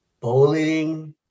bowling